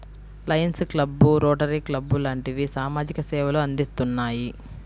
Lions Club, Rotary Club లాంటివి సామాజిక సేవలు అందిత్తున్నాయి